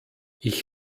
ich